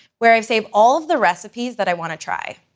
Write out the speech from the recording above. where i've saved all of the recipes that i want to try.